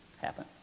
happen